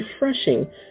refreshing